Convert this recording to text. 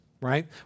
right